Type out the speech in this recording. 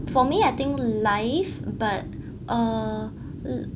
for me I think life but uh